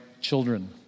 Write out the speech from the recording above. children